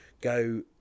go